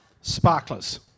sparklers